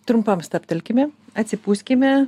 trumpam stabtelkime atsipūskime